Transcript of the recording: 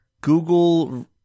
Google